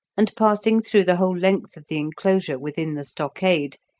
and passing through the whole length of the enclosure within the stockade,